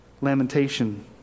Lamentation